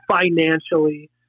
financially